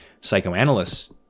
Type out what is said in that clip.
psychoanalysts